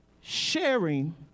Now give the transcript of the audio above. sharing